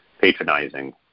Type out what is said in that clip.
patronizing